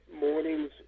mornings